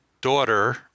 daughter